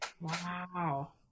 Wow